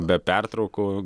be pertraukų